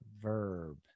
Verb